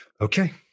okay